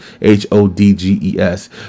H-O-D-G-E-S